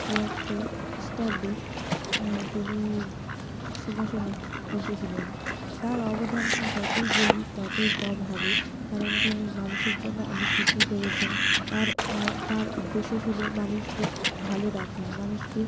তিয়াত্তর খিষ্টাব্দে তিনি সিংহাসনে বসেছিলেন তার অবদান যতই বলি ততই কম হবে কারণ তিনি মানুষের জন্য অনেক কিছুই করেছেন তার তার উদ্দেশ্য ছিলো মানুষকে ভালো রাখা মানুষকে